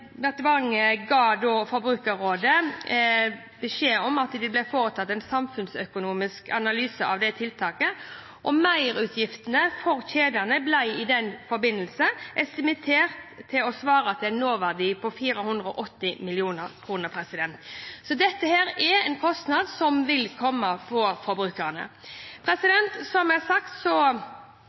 ga Forbrukerrådet beskjed om at det ble foretatt en samfunnsøkonomisk analyse av det tiltaket, og merutgiftene for kjedene ble i den forbindelse estimert til 480 mill. kr – ut fra kroneverdien i 2013. Så dette er en kostnad som vil komme på forbrukerne. Som jeg har sagt,